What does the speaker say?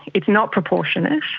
it's not proportionate,